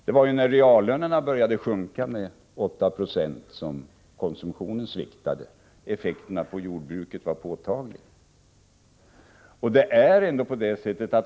Det var när reallönerna började sjunka med 8 Jo som konsumtionen sviktade och effekterna för jordbruket därmed blev påtagliga.